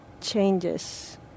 changes